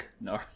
No